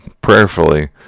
prayerfully